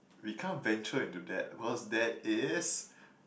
we can't venture into that because that is